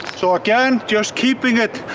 so again, just keeping it.